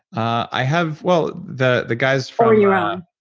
i have, well the the guys from your own?